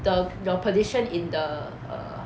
the~ your position in the err